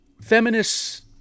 Feminists